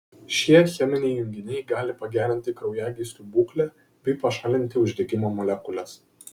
šie cheminiai junginiai gali pagerinti kraujagyslių būklę bei pašalinti uždegimo molekules